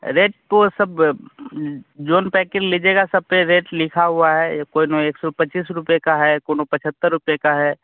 rate तो सब जोन पैकेट लीजिएगा सब पर रेट लिखा हुआ है कोई न एक सौ पच्चीस रुपये का है कोनों पचहत्तर रुपये का है